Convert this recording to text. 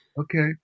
Okay